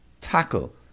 tackle